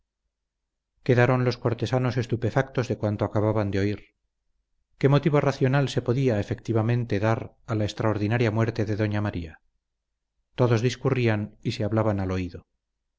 quedaron los cortesanos estupefactos de cuanto acababan de oír qué motivo racional se podía efectivamente dar a la extraordinaria muerte de doña maría todos discurrían y se hablaban al oído